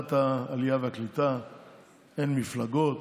בוועדת העלייה והקליטה אין מפלגות,